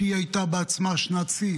שהיא הייתה בעצמה שנת שיא.